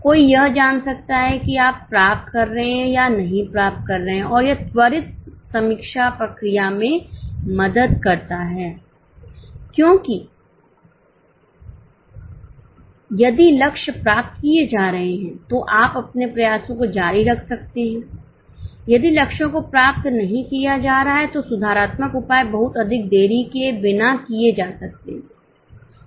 कोई यह जान सकता है कि आप प्राप्त कर रहे हैं या नहीं प्राप्त कर रहे हैं और यह त्वरित समीक्षा प्रक्रिया में मदद करता है क्योंकि यदि लक्ष्य प्राप्त किए जा रहे हैं तो आप अपने प्रयासों को जारी रख सकते हैं यदि लक्ष्यों को प्राप्त नहीं किया जा रहा है तो सुधारात्मक उपाय बहुत अधिक देरी के बिना किए जा सकते हैं